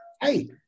Hey